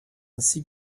ainsi